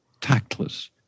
tactless